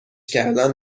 کردن